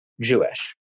Jewish